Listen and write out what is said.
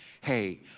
hey